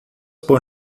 por